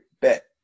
bet